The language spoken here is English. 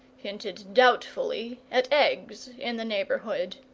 hinted doubtfully at eggs in the neighbourhood,